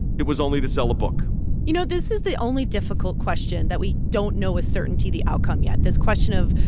it was only to sell a book you know, this is the only difficult question that we don't know with certainty the outcome yet this question of,